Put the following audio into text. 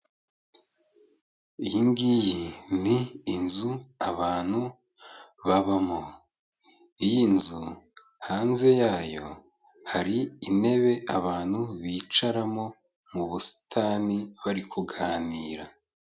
Iyi ngiyi ni inzu abantu babamo. Iyi nzu hanze yayo hari intebe abantu bicaramo mu busitani, bari kuganira.